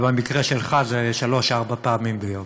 אבל במקרה שלך זה שלוש-ארבע פעמים ביום.